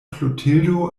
klotildo